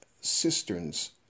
cisterns